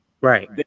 Right